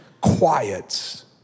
quiets